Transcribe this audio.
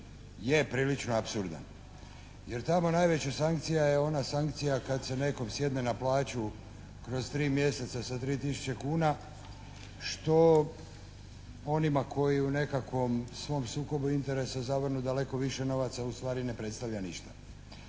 je prilično apsurdan, jer tamo najveća sankcija je ona sankcija kad se nekom sjedne na plaću kroz 3 mjeseca sa 3 tisuće kuna što onima koji u nekakvom svom sukobu interesa zavrnu daleko više novaca ustvari ne predstavlja više